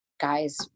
guys